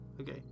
Okay